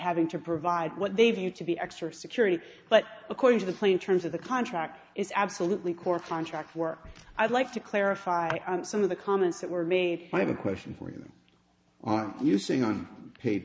having to provide what they view to be extra security but according to the plain terms of the contract is absolutely core contract work i'd like to clarify some of the comments that were made i have a question for you on using on